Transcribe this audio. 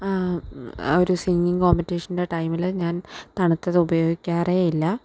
ഒരു സിങ്ങിങ്ങ് കോംപറ്റീഷൻ്റെ ടൈമിൽ ഞാൻ തണുത്തതുപയോഗിക്കാറേ ഇല്ല